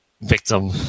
victim